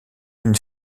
une